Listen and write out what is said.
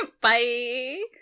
Bye